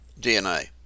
DNA